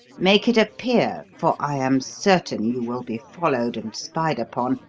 make it appear, for i am certain you will be followed and spied upon,